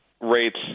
rates